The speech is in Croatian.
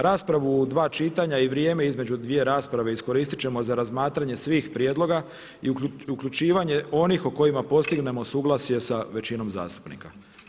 Raspravu u dva čitanja i vrijeme između dvije rasprave iskoristiti ćemo za razmatranje svih prijedloga i uključivanje onih o kojima postignemo suglasje sa većinom zastupnika.